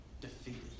defeated